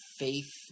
faith